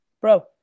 Bro